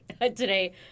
today